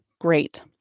great